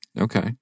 Okay